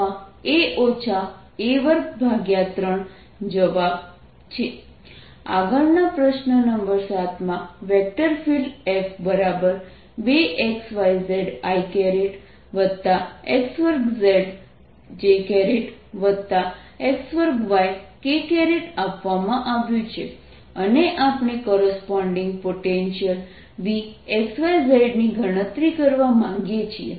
dl0adx0ady 1 x2a2a a23 આગળના પ્રશ્ન નંબર 7 માં વેક્ટર ફીલ્ડ F2xyzix2zjx2yk આપવામાં આવ્યું છે અને આપણે કોરસ્પોન્ડિંગ પોટેન્શિયલ Vxyz ની ગણતરી કરવા માંગીએ છીએ